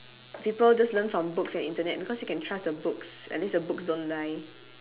people just learn from books and internet because you can trust the books at least the books don't lie